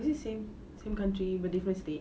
is it same same country but different state